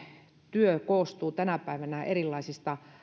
työ koostuu tänä päivänä erilaisista